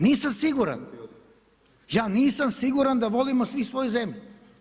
Nisam siguran, ja nisam siguran da volimo svi svoju zemlju.